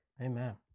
Amen